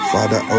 Father